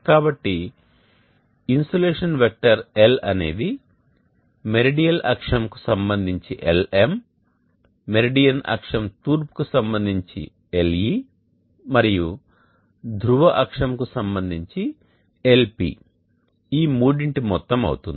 కాబట్టి insolation vector L అనేది meridional అక్షం కు సంబంధించి Lm మెరిడియన్ అక్షం తూర్పు కు సంబంధించి Le మరియు ధ్రువ అక్షం కు సంబంధించి Lp ఈ మూడింటి మొత్తం అవుతుంది